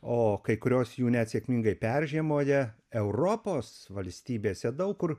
o kai kurios jų net sėkmingai peržiemoja europos valstybėse daug kur